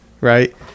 Right